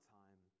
time